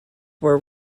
were